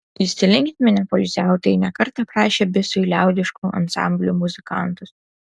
įsilinksminę poilsiautojai ne kartą prašė bisui liaudiškų ansamblių muzikantus